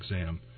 exam